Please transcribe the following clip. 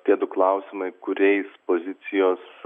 tie du klausimai kuriais pozicijos